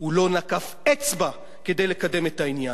הוא לא נקף אצבע כדי לקדם את העניין.